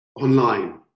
online